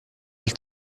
elle